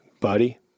buddy